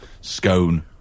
Scone